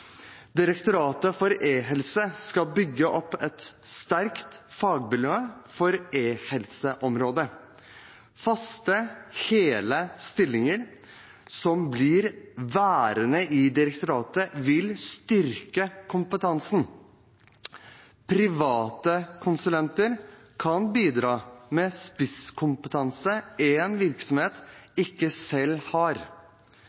sterkt fagmiljø på e-helseområdet. Faste, hele stillinger som blir værende i direktoratet, vil styrke kompetansen. Private konsulenter kan bidra med spisskompetanse en virksomhet